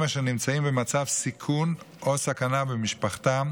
אשר נמצאים במצב סיכון או סכנה במשפחתם